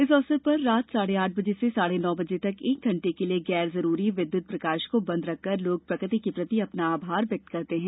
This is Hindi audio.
इस अवसर पर रात साढ़े आठ से साढ़े नौ बजे तक एक घंटे के लिये गैर जरूरी विद्युत प्रकाश को बंद रख कर लोग प्रकृति के प्रति अपना आभार व्यक्त करते हैं